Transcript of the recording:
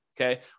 okay